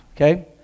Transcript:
okay